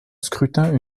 scrutin